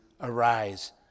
arise